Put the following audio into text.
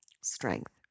strength